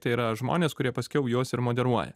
tai yra žmonės kurie paskiau jos ir moderuoja